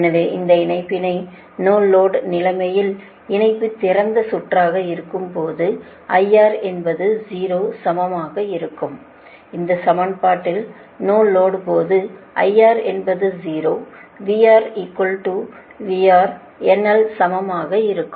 எனவே இந்த நிபந்தனை நோ லோடு நிலமையில் இணைப்பு திறந்த சுற்றாக இருக்கும் போது IR என்பது 0 சமமாக இருக்கும்இந்த சமன்பாட்டில் நோ லோடு போது IR என்பது 0சமமாக இருக்கும்